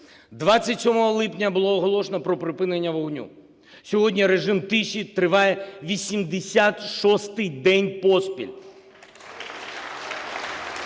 27 липня було оголошено про припинення вогню. Сьогодні режим тиші триває 86-й день поспіль.